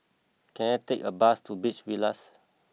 can I take a bus to Beach Villas